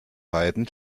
beiden